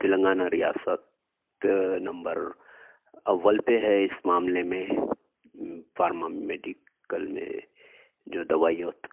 تلنگانہ ریاست نمبر اول پہ ہے اس معاملے میں فارما میڈیکل میں جو دوائیوں